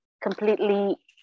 completely